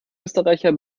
österreicher